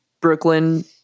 Brooklyn